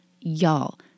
Y'all